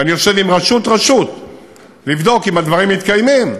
אני יושב עם רשות-רשות לבדוק אם הדברים מתקיימים.